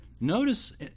Notice